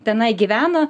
tenai gyvena